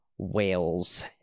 whales